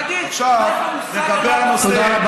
אין לך מושג, תודה רבה.